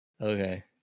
Okay